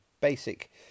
basic